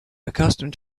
accustomed